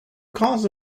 cause